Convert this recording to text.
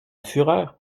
fureur